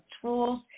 tools